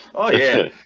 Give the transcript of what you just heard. yeah,